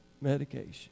medication